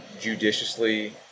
judiciously